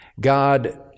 God